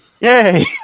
Yay